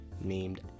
named